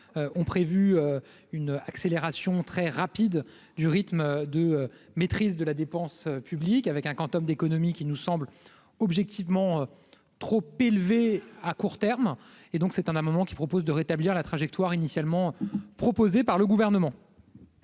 ont prévu une accélération très rapide du rythme de maîtrise de la dépense publique avec un Quantum d'économie qui nous semble objectivement trop élevés à court terme et donc c'est un un moment qui propose de rétablir la trajectoire initialement proposé par le gouvernement.